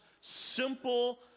simple